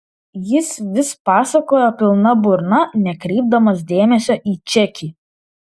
jis vis pasakojo pilna burna nekreipdamas dėmesio į čekį